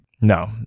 No